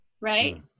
right